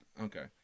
Okay